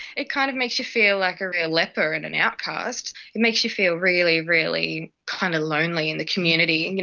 it kind of makes you feel like a real leper and an outcast, it makes you feel really, really kind of lonely in the community. and